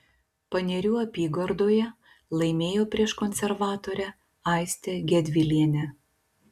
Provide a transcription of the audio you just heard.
panerių apygardoje laimėjo prieš konservatorę aistę gedvilienę